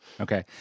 okay